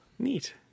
Neat